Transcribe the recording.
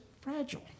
fragile